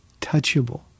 touchable